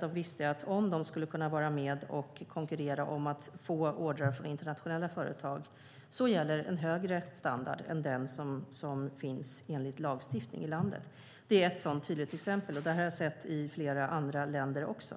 De visste att om de skulle kunna vara med och konkurrera om order från internationella företag gäller en högre standard än den som finns enligt lagstiftningen i landet. Det är ett tydligt exempel, och jag har sett detta i flera andra länder också.